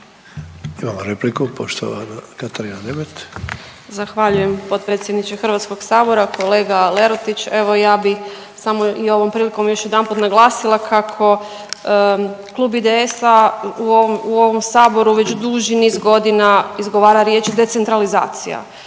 Imamo repliku, poštovana Katarina Nemet. **Nemet, Katarina (IDS)** Zahvaljujem potpredsjedniče HS-a. Kolega Lerotić, evo ja bi samo i ovom prilikom još jedanput naglasila kako klub IDS-a u ovom Saboru već duži niz godina izgovara riječi decentralizacija